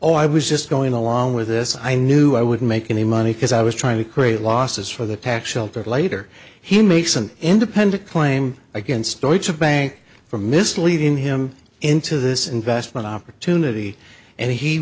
oh i was just going along with this i knew i wouldn't make any money because i was trying to create losses for the tax shelter later he makes an independent claim against the reach of bank for misleading him into this investment opportunity and he